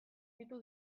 ditu